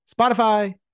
Spotify